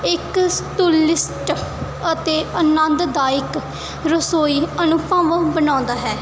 ਇੱਕ ਸੰਤੁਲਿਸਟ ਅਤੇ ਅਨੰਦਦਾਇਕ ਰਸੋਈ ਅਨੁਭਵ ਬਣਾਉਂਦਾ ਹੈ